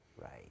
Right